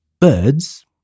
Birds